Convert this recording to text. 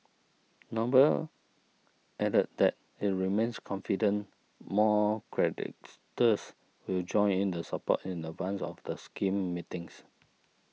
noble added that it remains confident more creditors will join in support in advance of the scheme meetings